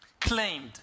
claimed